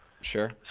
Sure